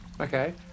Okay